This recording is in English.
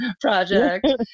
project